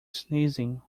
sneezing